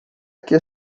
que